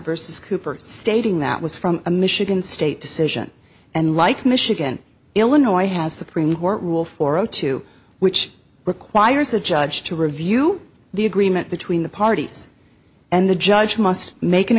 vs cooper stating that was from a michigan state decision and like michigan illinois has supreme court rule for zero two which requires a judge to review the agreement between the parties and the judge must make an